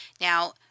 Now